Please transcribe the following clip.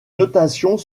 notations